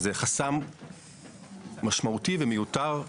זה חסם משמעותי ומיותר.